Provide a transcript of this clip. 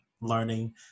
learning